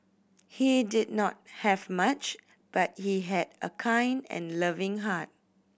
he did not have much but he had a kind and loving heart